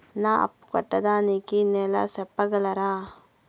నా అప్పు కట్టేదానికి నెల సెప్పగలరా?